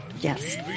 Yes